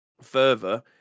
further